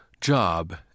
job